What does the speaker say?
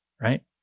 right